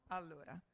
allora